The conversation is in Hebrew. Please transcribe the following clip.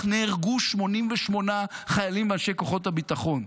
כך נהרגו 88 חיילים ואנשי כוחות הביטחון.